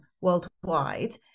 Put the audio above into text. worldwide